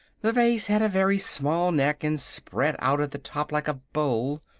the vase had a very small neck, and spread out at the top like a bowl.